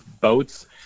boats